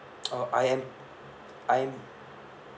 oh I am I am